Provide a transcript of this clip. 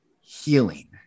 Healing